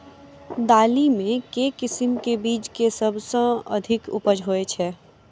दालि मे केँ किसिम केँ बीज केँ सबसँ अधिक उपज होए छै?